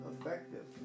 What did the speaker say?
effective